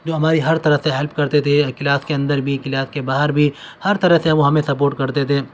جو ہماری ہر طرح سے ہیلپ کرتے تھے کلاس کے اندر بھی کلاس کے باہر بھی ہر طرح سے وہ ہمیں سپورٹ کرتے تھے